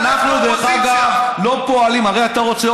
ואני אומר לך שזה לא עובד ככה.